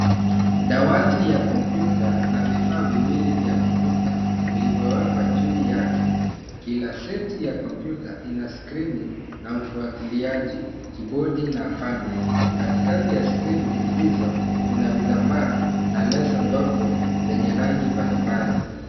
Dawati ya kompyuta na vifaa viwili vya kompyuta, vilivyowekwa juu yake. Kila seti ya kompyuta ina skrini ya ufuatiliaji, kibodi na panya. Katikati ya skrini hizo kuna vitambaa na leso ndogo lenye rangi mbalimbali.